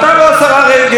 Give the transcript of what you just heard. קודם כול היא אמרה לו: